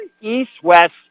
east-west